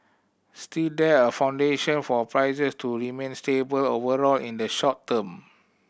still there are foundation for prices to remain stable overall in the short term